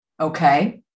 Okay